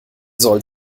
soll